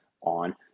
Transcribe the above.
on